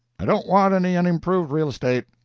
i don't want any unimproved real estate.